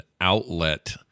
outlet